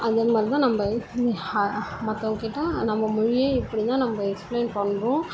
அந்தமாதிரி தான் நம்ம ஹா மற்றவங்கக்கிட்ட நம்ம மொழியை இப்படிதான் நம்ம எக்ஸ்ப்ளைன் பண்ணுறோம்